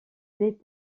les